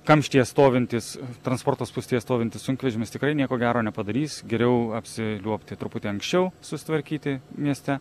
kamštyje stovintis transporto spūstyje stovintis sunkvežimis tikrai nieko gero nepadarys geriau apsiliuobti truputį anksčiau susitvarkyti mieste